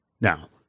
Now